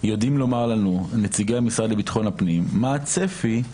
יודעים לומר לנו נציגי המשרד לביטחון פנים מה הצפי לקבלת דוח 2021?